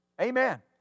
Amen